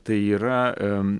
tai yra